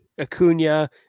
acuna